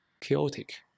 chaotic